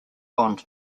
bond